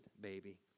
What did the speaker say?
baby